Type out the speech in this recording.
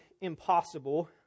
impossible